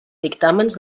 dictàmens